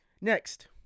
Next